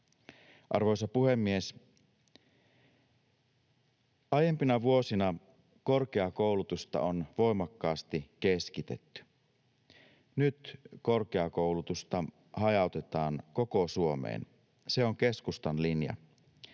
Arvoisa puhemies! Aiempina vuosina korkeakoulutusta on voimakkaasti keskitetty. Nyt korkeakoulutusta hajautetaan koko Suomeen, se on keskustan linja.